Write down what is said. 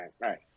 right